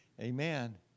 Amen